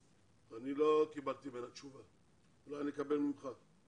אני לא קיבלתי ממנה תשובה, אולי אני אקבל ממך.